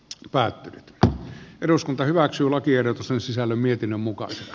jo päättänyt että eduskunta hyväksyy lakiehdotus on sisällä mietin mukaa xc